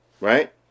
right